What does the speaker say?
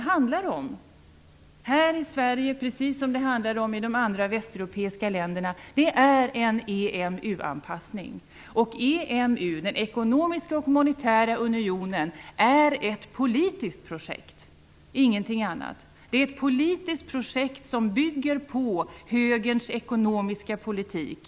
Här i Sverige, precis som i de andra västeuropeiska länderna, handlar det om en EMU-anpassning. Den ekonomiska och monetära unionen är ett politiskt projekt och ingenting annat. Det är ett politiskt projekt som bygger på högerns ekonomiska politik.